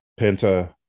Penta